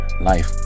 life